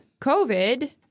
COVID